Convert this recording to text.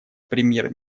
премьер